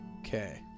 Okay